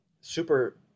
super